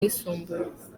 yisumbuye